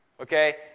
Okay